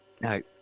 No